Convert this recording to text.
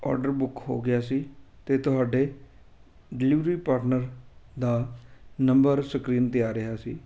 order book ਹੋ ਗਿਆ ਸੀ ਅਤੇ ਤੁਹਾਡੇ ਡਿਲੀਵਰੀ ਪਾਟਨਰ ਦਾ ਨੰਬਰ ਸਕਰੀਨ 'ਤੇ ਆ ਰਿਹਾ ਸੀ